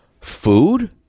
food